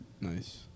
Nice